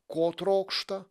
ko trokšta